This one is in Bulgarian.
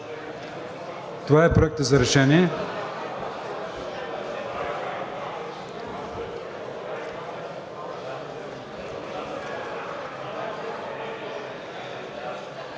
Това е Проектът за решение.